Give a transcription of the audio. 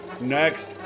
Next